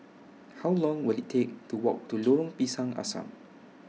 How Long Will IT Take to Walk to Lorong Pisang Asam